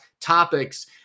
topics